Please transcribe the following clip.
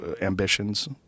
ambitions